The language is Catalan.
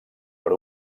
per